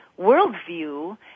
worldview